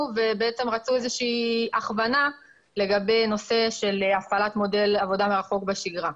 ורצו איזה שהיא הכוונה לגבי נושא של הפעלת מודל עבודה מרחוק בשגרה.